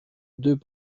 deux